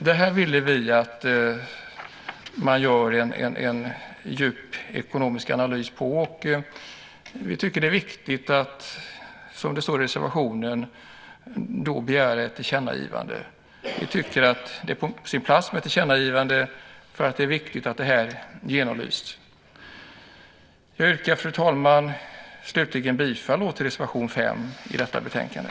Det här vill vi att man gör en djup ekonomisk analys av. Vi tycker att det är viktigt, som det står i reservationen, att begära ett tillkännagivande. Vi tycker att det är på sin plats med ett tillkännagivande. Det är viktigt att det här genomlyses. Fru talman! Jag yrkar slutligen bifall till reservation 5 i detta betänkande.